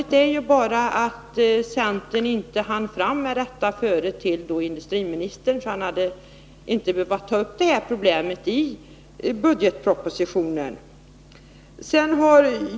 Det är bara märkligt att centern inte hann fram med detta förslag så att industriministern inte hade behövt ta upp problemet i budgetpropositionen.